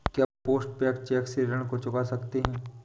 क्या postpaid cheque से ऋण को चुका सकते हैं?